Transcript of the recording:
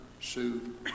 Sue